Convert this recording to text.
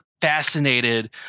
fascinated